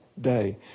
Day